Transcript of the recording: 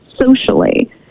socially